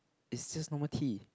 it's just normal tea